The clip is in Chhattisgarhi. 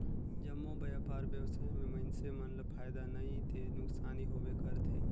जम्मो बयपार बेवसाय में मइनसे मन ल फायदा नइ ते नुकसानी होबे करथे